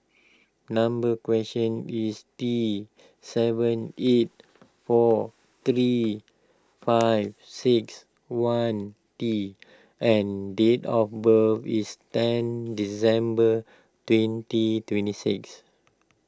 number question is T seven eight four three five six one T and date of birth is ten December twenty twenty six